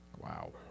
Wow